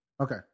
Okay